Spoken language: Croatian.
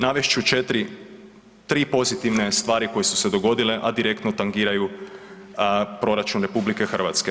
Navest ću 4, 3 pozitivne stvari koje su se dogodile, a direktno tangiraju proračun RH.